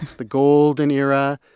the golden era,